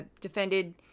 defended